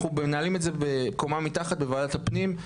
אנחנו מנהלים את זה קומה מתחת בוועדת הפנים.